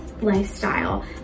lifestyle